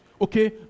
okay